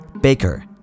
Baker